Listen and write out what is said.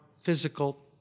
physical